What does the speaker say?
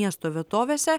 miesto vietovėse